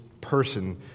person